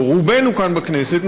או רובנו כאן בכנסת,